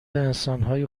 انسانهای